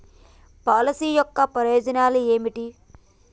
Policy యొక్క ప్రయోజనాలు ఏమిటి?